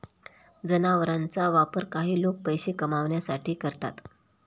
जनावरांचा वापर काही लोक पैसे कमावण्यासाठी करतात